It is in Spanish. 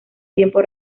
tiempo